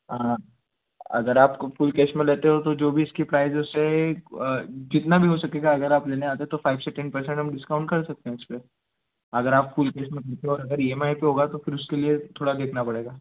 हाँ अगर आपको फ़ुल केश में लेते हो तो जो भी इसकी प्राइज है उससे जितना भी हो सकेगा अगर आप लेने आते हो तो फाइव परसेंट हम डिस्काउंट तो कर सकते हैं उसपे अगर आप फुल केश में और अगर ई एम आई पे होगा तो फिर उसके लिए थोड़ा देखना पड़ेगा